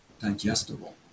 digestible